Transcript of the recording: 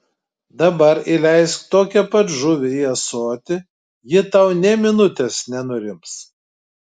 dabar įleisk tokią pat žuvį į ąsotį ji tau nė minutės nenurims